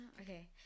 okay